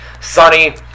Sonny